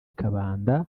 kabanda